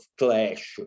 clash